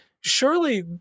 surely